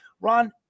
Ron